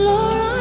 Lord